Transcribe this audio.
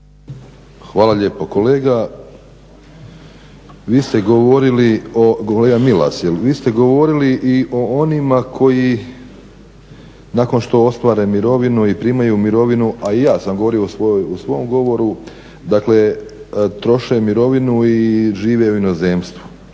kolega Milas, vi ste govorili i o onima koji nakon što ostvare mirovinu i primaju mirovinu, a i ja sam govorio u svom govoru, dakle, troše mirovinu i žive u inozemstvu.